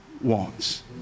wants